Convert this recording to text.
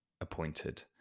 appointed